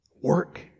Work